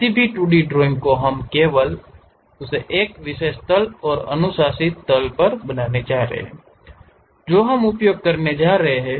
किसी भी 2D drawing को हम केवल उस एक विशेष तल और अनुशंसित तल पर बनाने जा रहे हैं जो हम उपयोग करने जा रहे हैं